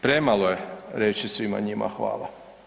Premalo je reći svima njima hvala.